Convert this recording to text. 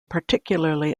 particularly